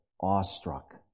awestruck